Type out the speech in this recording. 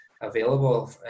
Available